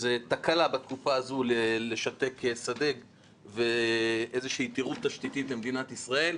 זאת תקלה בתקופה הזו לשתק שדה ואיזושהי יתירות תשתיתית למדינת ישראל.